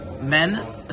men